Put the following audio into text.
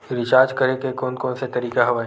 Recharge करे के कोन कोन से तरीका हवय?